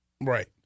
right